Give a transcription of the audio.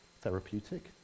therapeutic